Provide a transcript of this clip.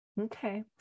Okay